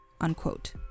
unquote